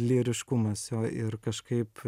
lyriškumas jo ir kažkaip